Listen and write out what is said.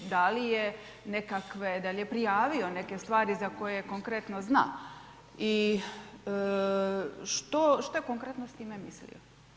Da li je nekakve, da li je prijavio neke stvari za koje konkretno zna i što je konkretno s time mislio?